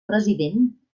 president